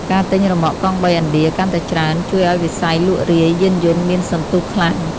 ការទិញរ៉ឺម៉កកង់បីឥណ្ឌាកាន់តែច្រើន ជួយឱ្យវិស័យលក់រាយយានយន្តមានសន្ទុះខ្លាំង។